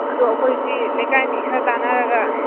ꯑꯗꯣ ꯑꯩꯈꯣꯏꯁꯤ ꯂꯩꯀꯥꯏꯒꯤ ꯃꯤ ꯈꯔ ꯇꯥꯟꯅꯔꯒ